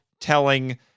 telling